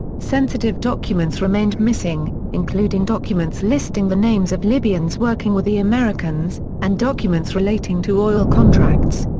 sensitive documents remained missing, including documents listing the names of libyans working with the americans, and documents relating to oil contracts.